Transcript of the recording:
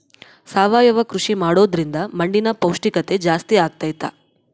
ಸಾವಯವ ಕೃಷಿ ಮಾಡೋದ್ರಿಂದ ಮಣ್ಣಿನ ಪೌಷ್ಠಿಕತೆ ಜಾಸ್ತಿ ಆಗ್ತೈತಾ?